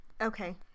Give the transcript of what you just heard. Okay